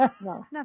No